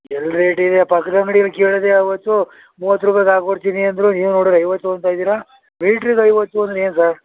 ಎಲ್ಲಿ ರೇಟಿದೆ ಪಕ್ದ ಅಂಗ್ಡಿಲ್ಲಿ ಕೇಳಿದೆ ಅವತ್ತು ಮೂವತ್ತು ರೂಪಾಯಿಗೆ ಹಾಕಿ ಕೊಡ್ತೀನಿ ಅಂದರು ನೀವು ನೋಡಿದ್ರೆ ಐವತ್ತು ಅಂತ ಇದ್ದೀರ ಮೀಟ್ರಿಗೆ ಐವತ್ತು ಅಂದರೆ ಏನು ಸಾರ್